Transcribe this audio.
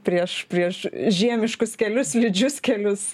prieš prieš žiemiškus kelius slidžius kelius